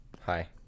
hi